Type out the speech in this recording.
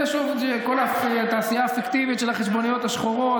כל התעשייה הפיקטיבית של החשבוניות השחורות,